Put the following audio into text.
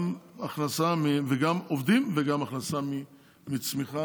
גם עובדים וגם הכנסה מצמיחה.